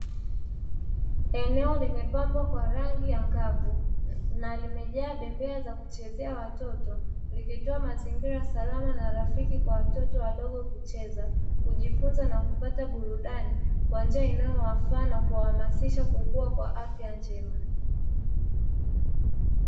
Eneo limepambwa kwa rangi angavu na limepangwa kwa bembea za kuchezea watoto likitoa mazingira salama na safi watoto kwa njia inayofaa.